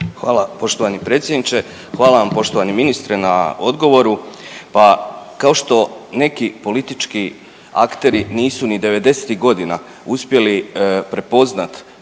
Hvala poštovani predsjedniče. Hvala vam poštovani ministre na odgovoru. Pa kao što neki politički akteri nisu ni '90. godina uspjeli prepoznati